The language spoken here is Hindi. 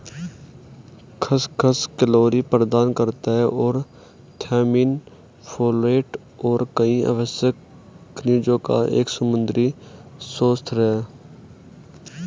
खसखस कैलोरी प्रदान करता है और थियामिन, फोलेट और कई आवश्यक खनिजों का एक समृद्ध स्रोत है